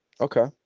Okay